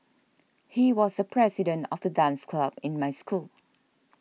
he was the president of the dance club in my school